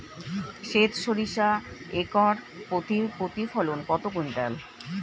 সেত সরিষা একর প্রতি প্রতিফলন কত কুইন্টাল?